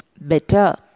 better